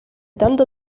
tanto